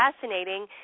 fascinating